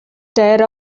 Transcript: tier